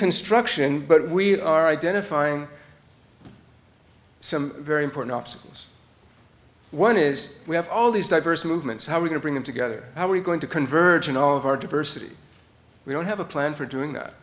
construction but we are identifying some very important obstacles one is we have all these diverse movements how we can bring them together how are we going to converge in all of our diversity we don't have a plan for doing that